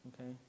okay